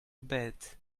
bed